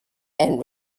and